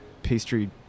pastry